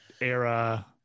era